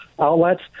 outlets